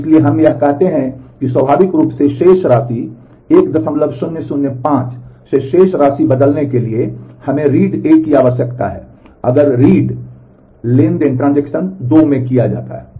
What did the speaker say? इसलिए हम यह कहते हैं कि स्वाभाविक रूप से शेष राशि 1005 से शेष राशि को बदलने के लिए हमें read A की आवश्यकता है अगर रीड 2 में किया जाता है